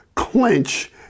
Clinch